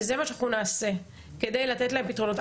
זה מה שאנחנו נעשה, כדי לתת להם פתרונות.